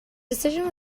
decision